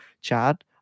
chat